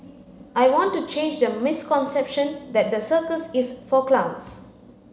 I want to change the misconception that the circus is for clowns